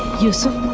yusuf,